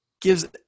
gives